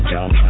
Jump